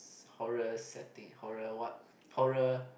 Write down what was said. horror setting horror what horror